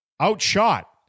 outshot